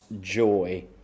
joy